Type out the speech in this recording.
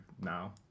now